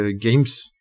games